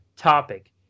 topic